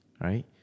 right